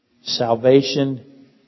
Salvation